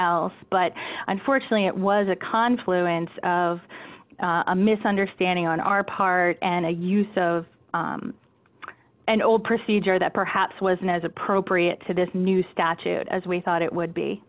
else but unfortunately it was a confluence of a misunderstanding on our part and a use of an old procedure that perhaps wasn't as appropriate to this new statute as we thought it would be